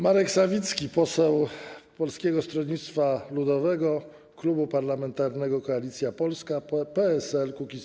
Marek Sawicki, poseł Polskiego Stronnictwa Ludowego, Klubu Parlamentarnego Koalicja Polska - PSL - Kukiz15.